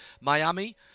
Miami